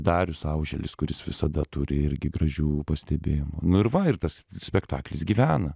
darius auželis kuris visada turi irgi gražių pastebėjimų nu ir va ir tas spektaklis gyvena